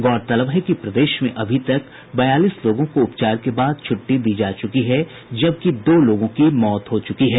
गौरतलब है कि प्रदेश में अभी तक बयालीस लोगों को उपचार के बाद छूट़टी दी जा चूकी है जबकि दो लोगों की मौत हो चूकी है